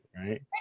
right